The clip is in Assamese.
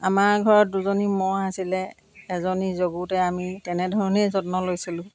আমাৰ ঘৰত দুজনী ম'হ আছিলে এজনী জগুতে আমি তেনেধৰণেই যত্ন লৈছিলোঁ